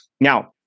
now